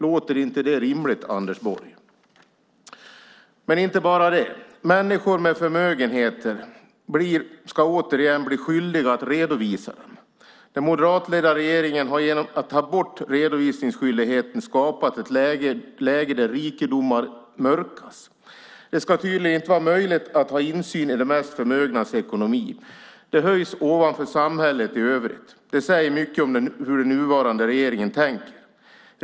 Låter inte det rimligt, Anders Borg? Människor med förmögenhet ska återigen bli skyldiga att redovisa. Den moderatledda regeringen har genom att ta bort redovisningsskyldigheten skapat ett läge där rikedomar mörkas. Det ska tydligen inte vara möjligt att ha insyn i de mest förmögnas ekonomi. De höjs ovanför samhället i övrigt. Det säger mycket om hur den nuvarande regeringen tänker.